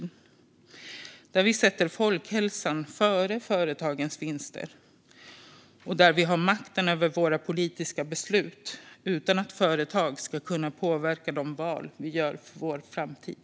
Vi behöver avtal som sätter folkhälsan före företagens vinster och som ger oss makten över våra politiska beslut utan att företag ska kunna påverka de val vi gör för vår framtid.